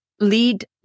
lead